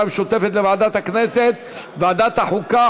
המשותפת לוועדת הכנסת ולוועדת החוקה,